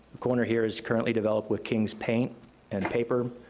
corner here is currently developed with king's paint and paper,